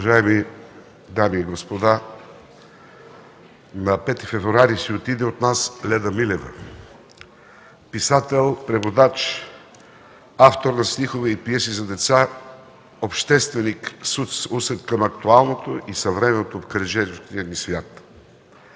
уважаеми дами и господа! На 5 февруари си отиде от нас Леда Милева – писател, преводач, автор на стихове и пиеси за деца, общественик с усет към актуалното и съвременното отражение на света.